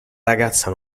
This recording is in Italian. ragazza